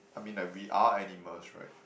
I mean like we are animals right